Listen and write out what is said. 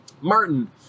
Martin